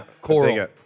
Coral